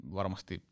Varmasti